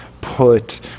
put